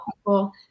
people